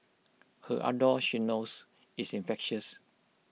her ardour she knows is infectious